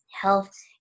health